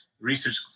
research